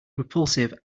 repulsive